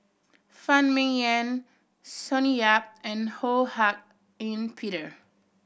Phan Ming Yen Sonny Yap and Ho Hak Ean Peter